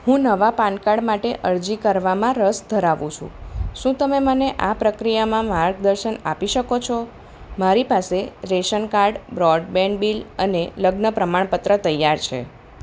હું નવા PAN card માટે અરજી કરવામાં રસ ધરાવું છું શું તમે મને આ પ્રક્રિયામાં માર્ગદર્શન આપી શકો છો મારી પાસે રેશન કાર્ડ બ્રોડબેન્ડ બિલ અને લગ્ન પ્રમાણપત્ર તૈયાર છે